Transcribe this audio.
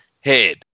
head